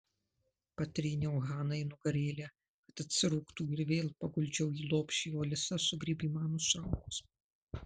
patryniau hanai nugarėlę kad atsirūgtų ir vėl paguldžiau į lopšį o alisa sugriebė man už rankos